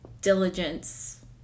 diligence